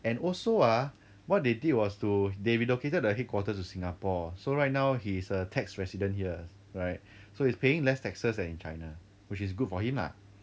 and also uh what they did was to they relocated the headquarters to singapore so right now he is a tax resident here right so he's paying less taxes than in china which is good for him lah